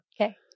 Okay